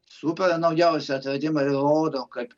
super naujausi atradimai rodo kad